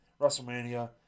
WrestleMania